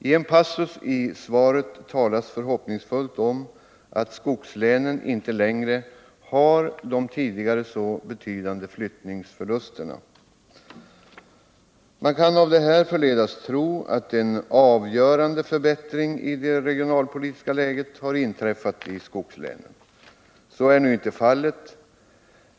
I en passus i svaret talas förhoppningsfullt om att skogslänen inte längre har de tidigare så betydande flyttningsförlusterna. Man kan av detta förledas tro att en avgörande förbättring i det regionalpolitiska läget har inträffat i skogslänen. Så är nu inte fallet.